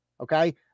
okay